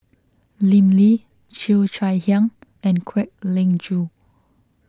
Lim Lee Cheo Chai Hiang and Kwek Leng Joo